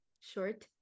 Short